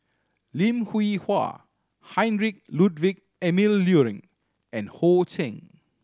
Lim Hwee Hua Heinrich Ludwig Emil Luering and Ho Ching